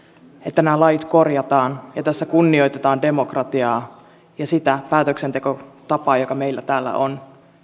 nämä lait korjataan ja tässä kunnioitetaan demokratiaa ja sitä päätöksentekotapaa joka meillä täällä on